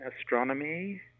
astronomy